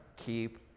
keep